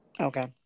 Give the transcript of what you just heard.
Okay